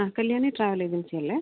ആ Kalyani travel agency അല്ലേ